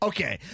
Okay